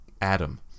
Adam